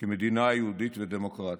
כמדינה יהודית ודמוקרטית.